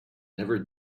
never